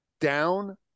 down